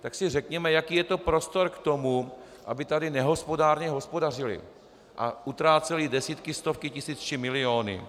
Tak si řekněme, jaký je to prostor k tomu, aby tady nehospodárně hospodařily a utrácely desítky, stovky tisíc či miliony.